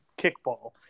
Kickball